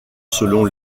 selon